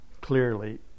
clearly